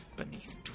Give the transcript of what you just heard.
Beneath